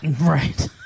Right